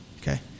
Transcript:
okay